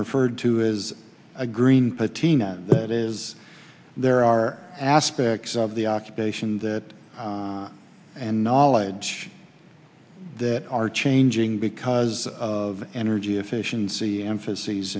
referred to is a green patina that is there are aspects of the occupation that and knowledge that are changing because of energy efficiency emphases